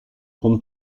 grande